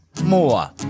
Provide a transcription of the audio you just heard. more